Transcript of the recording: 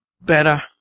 better